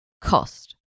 cost